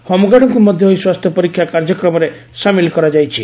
ହୋମ୍ଗାର୍ଡଙ୍କୁ ମଧ୍ଧ ଏହି ସ୍ୱାସ୍ଥ୍ୟ ପରୀକ୍ଷା କାର୍ଯ୍ୟକ୍ରମରେ ସାମିଲ କରାଯାଇଛି